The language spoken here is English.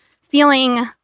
feeling